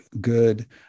good